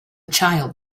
child